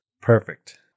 Perfect